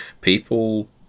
People